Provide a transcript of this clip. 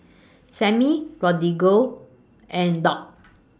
Sammy Rodrigo and Dock